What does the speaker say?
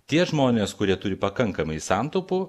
tie žmonės kurie turi pakankamai santaupų